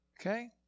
Okay